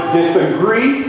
disagree